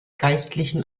geistlichen